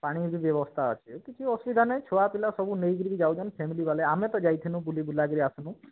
ପାଣି ବି ବ୍ୟବସ୍ଥା ଅଛେ କିଛି ଅସୁବିଧା ନାଇଁ ଛୁଆ ପିଲା ସବୁ ନେଇକିରି ବି ଯାଉଛନ୍ ଫ୍ୟାମିଲି ଵାଲେ ଆମେ ତ ଯାଇଥିନୁ ବୁଲିବୁଲା କିରି ଆସିଲୁ